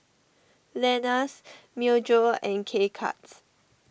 Lenas Myojo and K Cuts